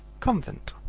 convent,